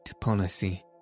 policy